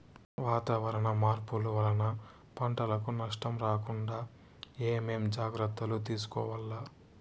వాతావరణ మార్పులు వలన పంటలకు నష్టం రాకుండా ఏమేం జాగ్రత్తలు తీసుకోవల్ల?